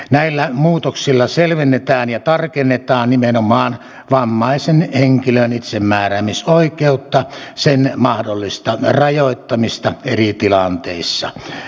näillä muutoksilla selvennetään ja tarkennetaan nimenomaan vammaisen henkilön itsemääräämisoikeutta sen mahdollista rajoittamista eri tilanteissa